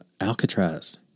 Alcatraz